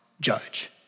judge